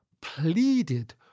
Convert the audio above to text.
pleaded